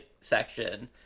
section